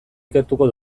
ikertuko